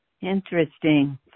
Interesting